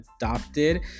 adopted